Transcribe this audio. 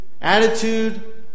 attitude